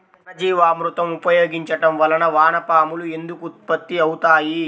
ఘనజీవామృతం ఉపయోగించటం వలన వాన పాములు ఎందుకు ఉత్పత్తి అవుతాయి?